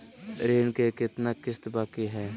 ऋण के कितना किस्त बाकी है?